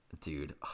Dude